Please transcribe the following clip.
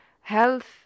health